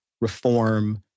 reform